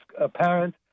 apparent